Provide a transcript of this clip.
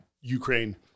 Ukraine